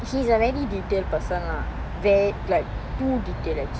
he's a very detail person lah very like too detail actually